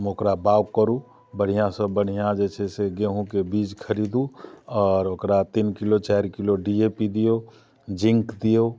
ओकरा बाउग करू बढ़िआँसँ बढ़िआँ जे छै से गेहूँके बीज खरीदू आओर ओकरा तीन किलो चारि किलो डी ए पी दियौ जिंक दियौ